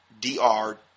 D-R